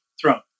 throne